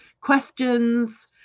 Questions